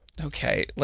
okay